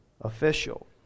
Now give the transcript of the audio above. official